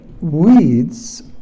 weeds